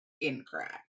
Incorrect